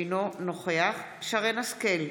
אינו נוכח שרן מרים השכל,